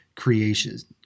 creations